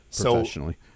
professionally